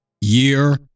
year